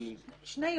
שהיא -- שני יועצים.